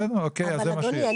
בסדר, אוקיי, אז זה מה שיש.